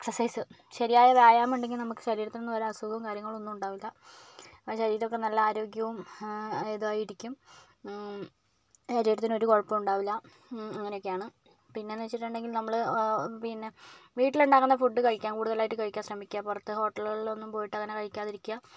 exercise ശരിയായ വ്യായാമം ഉണ്ടെങ്കിൽ നമുക്ക് ശരീരത്തിനൊന്നും ഒരു അസുഖവും കാര്യങ്ങളൊന്നും ഉണ്ടാവില്ല നമ്മുടെ ശരീരമൊക്കേ നല്ല ആരോഗ്യവും ഇതുവായിരിക്കും ശരീരത്തിനു ഒരു കുഴപ്പവും ഉണ്ടാവില്ല അങ്ങനെയൊക്കെയാണ് പിന്നേന്നു വച്ചിട്ടുണ്ടെങ്കില് നമ്മള് പിന്നെ വീട്ടിലുണ്ടാക്കുന്ന ഫുഡ് കഴിക്കാം കൂടുതലായിട്ട് കഴിക്കാന് ശ്രമിക്കുക പുറത്ത് ഹോട്ടലുകളിലും ഒന്നും പോയിട്ട് അങ്ങനെ കഴിക്കാതിരിക്കുക